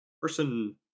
person